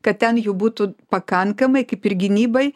kad ten jų būtų pakankamai kaip ir gynybai